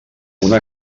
una